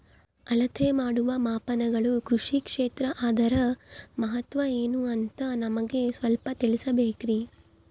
ಅಳತೆ ಮಾಡುವ ಮಾಪನಗಳು ಕೃಷಿ ಕ್ಷೇತ್ರ ಅದರ ಮಹತ್ವ ಏನು ಅಂತ ನಮಗೆ ಸ್ವಲ್ಪ ತಿಳಿಸಬೇಕ್ರಿ?